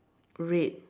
red